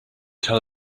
tell